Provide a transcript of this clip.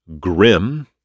Grim